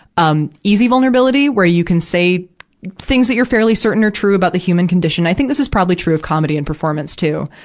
um, easy vulnerability, where you can say things that you're fairly certain are true about the human condition. i think this is probably true of comedy and performance, too.